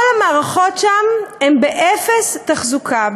כל המערכות שם הן באפס תחזוקה.